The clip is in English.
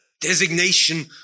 designation